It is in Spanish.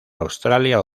australia